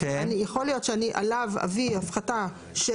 יכול להיות שאני עליו אביא הפחתה של